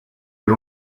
per